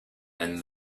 and